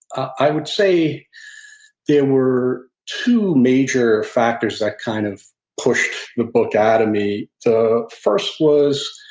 i would say there were two major factors that kind of pushed the book out of me. the first was